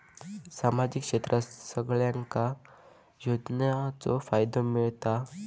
सामाजिक क्षेत्रात सगल्यांका योजनाचो फायदो मेलता?